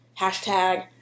hashtag